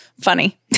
Funny